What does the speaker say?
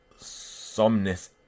Somnus